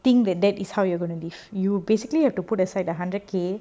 think that that is how you're going to live you basically have to put aside the hundred k